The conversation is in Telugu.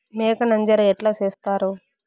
మేక నంజర ఎట్లా సేస్తారు?